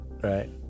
right